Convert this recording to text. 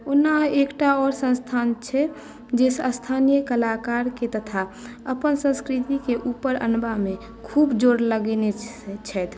ओना एकटा आओर संस्थान छै जे स्थानीय कलाकारकेँ तथा अपन संस्कृतिके ऊपर अनबामे खुब जोर लगेने छथि